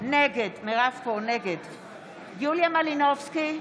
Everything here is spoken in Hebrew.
נגד יוליה מלינובסקי,